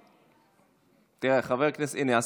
הינה,